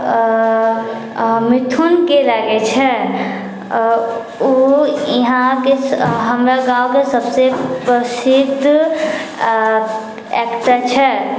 मिथुनके लागैत छै ओ यहाँके हमरा गाँवके सभसँ प्रसिद्ध एक्टर छै